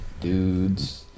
Dudes